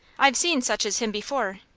i've seen such as him before.